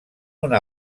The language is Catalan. una